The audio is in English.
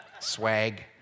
Swag